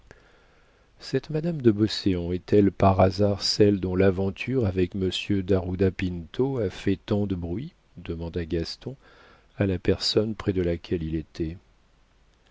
cette madame de beauséant est-elle par hasard celle dont l'aventure avec monsieur dajuda pinto a fait tant de bruit demanda gaston à la personne près de laquelle il était